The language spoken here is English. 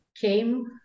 came